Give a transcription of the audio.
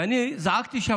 ואני זעקתי שם.